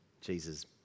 Jesus